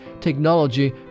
technology